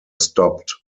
stopped